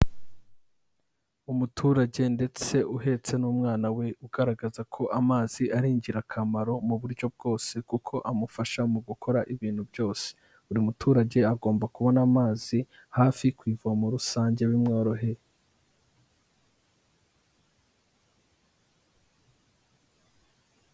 Umuturage ndetse uhetse n'umwana we, ugaragaza ko amazi ari ingirakamaro mu buryo bwose. Kuko amufasha mu gukora ibintu byose buri muturage agomba kubona amazi hafi kuyivomo rusange bimworoheye.